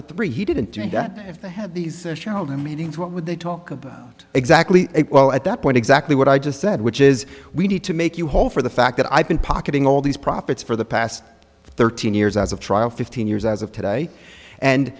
and three he didn't do that if they had these shareholder meetings what would they talk about exactly well at that point exactly what i just said which is we need to make you whole for the fact that i've been pocketing all these profits for the past thirteen years as a trial fifteen years as of today and